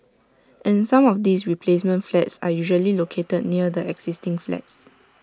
and some of these replacement flats are usually located near the existing flats